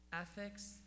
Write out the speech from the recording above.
ethics